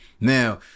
Now